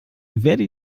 werde